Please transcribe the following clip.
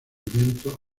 vientos